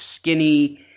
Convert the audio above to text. skinny